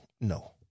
no